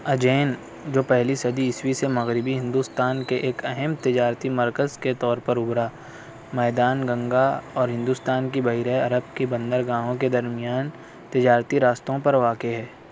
اجین جو پہلی صدی عیسوی سے مغربی ہندوستان کے ایک اہم تجارتی مرکز کے طور پر ابھرا میدان گنگا اور ہندوستان کی بحیرۂ عرب کی بندرگاہوں کے درمیان تجارتی راستوں پر واقع ہے